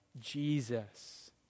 Jesus